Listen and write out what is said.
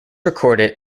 recorded